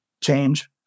change